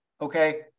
okay